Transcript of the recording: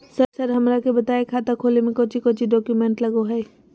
Sir हमरा के बताएं खाता खोले में कोच्चि कोच्चि डॉक्यूमेंट लगो है?